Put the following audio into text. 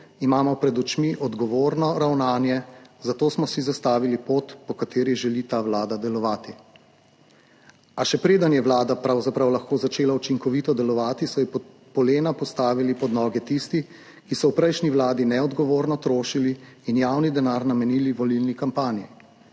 pred očmi odgovorno ravnanje, zato smo si zastavili pot, po kateri želi ta vlada delovati. A še preden je vlada pravzaprav lahko začela učinkovito delovati, so ji polena postavili pod noge tisti, ki so v prejšnji vladi neodgovorno trošili in javni denar namenili volilni kampanji,